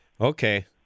Okay